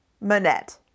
Manette